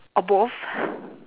or both